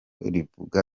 rivuga